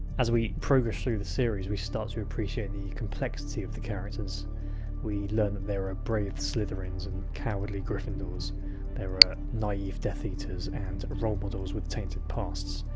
as we progress through the series, we start to appreciate the complexity of the characters we learn that and there are brave slytherins, and cowardly gryffindors there are naive death eaters and role models with tainted pasts.